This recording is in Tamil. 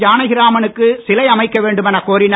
ஜானகிராமனுக்கு சிலை அமைக்க வேண்டுமெனக் கோரினர்